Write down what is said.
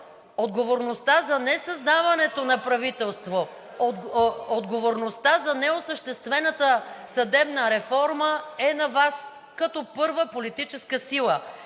отговорността за несъздаването на правителство, отговорността за неосъществената съдебна реформа е на Вас като първа политическа сила.